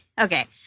Okay